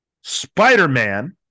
Spider-Man